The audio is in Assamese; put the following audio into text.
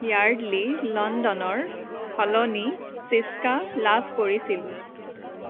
য়াৰ্ডলী লণ্ডনৰ সলনি চিস্কা লাভ কৰিছিলোঁ